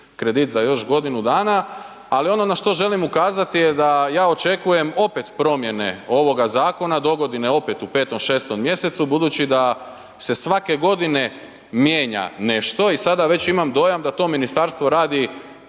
kredit za još godinu dana, ali ono na što želim ukazati, je da ja očekujem opet promjene ovoga zakona, dogodine opet u 5, 6. mjesecu, budući da se svake godine mijenja nešto i sada već imam dojam da to Ministarstvo radi